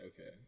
Okay